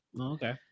Okay